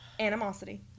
Animosity